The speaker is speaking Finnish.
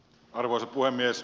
arvoisa puhemies